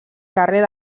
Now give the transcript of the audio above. carrer